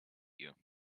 you